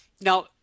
Now